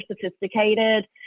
sophisticated